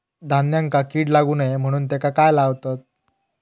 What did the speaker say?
धान्यांका कीड लागू नये म्हणून त्याका काय लावतत?